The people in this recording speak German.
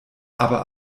aber